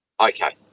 Okay